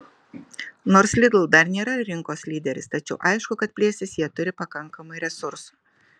nors lidl dar nėra rinkos lyderis tačiau aišku kad plėstis jie turi pakankamai resursų